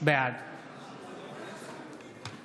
בעד